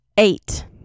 Eight